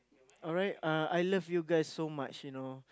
alright uh I love you guys so much you know